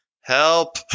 Help